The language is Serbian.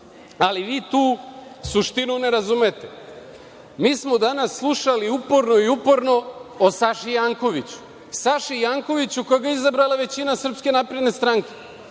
ali vi tu suštinu ne razumete. Mi smo danas slušali uporno i uporno o Saši Jankoviću. Saši Jankoviću, kojeg je izabrala većina SNS. Vi, napadate sami